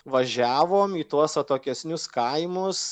važiavom į tuos atokesnius kaimus